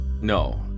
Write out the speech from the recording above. no